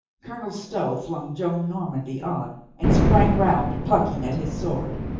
colonel stow flung joan normandy on and sprang round, plucking at his sword.